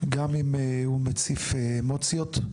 גם אם הוא מציף אמוציות.